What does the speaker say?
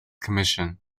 commission